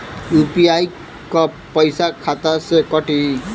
UPI क पैसा खाता से कटी?